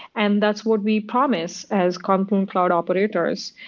and that's what we promised as confluent cloud operators,